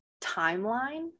timeline